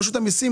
רשות המסים,